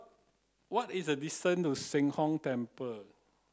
what is the distance to Sheng Hong Temper